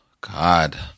God